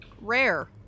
rare